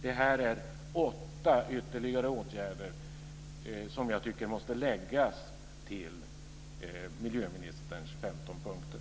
Detta var åtta ytterligare åtgärder som jag tycker måste läggas till miljöministerns 15 punkter.